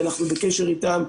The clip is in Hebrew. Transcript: ואנחנו בקשר איתם.